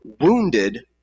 wounded